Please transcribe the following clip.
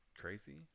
Crazy